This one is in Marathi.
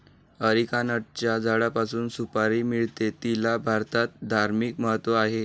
अरिकानटच्या झाडापासून सुपारी मिळते, तिला भारतात धार्मिक महत्त्व आहे